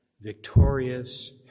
victorious